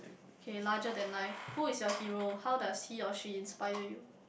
K larger than life who is your hero how does he or she inspire you